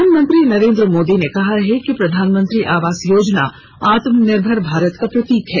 प्रधानमंत्री नरेंद्र मोदी ने कहा है कि प्रधानमंत्री आवास योजना आत्मनिर्भर भारत का प्रतीक है